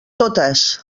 totes